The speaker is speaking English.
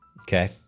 Okay